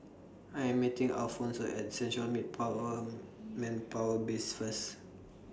I Am meeting Alphonso At Central Manpower Base First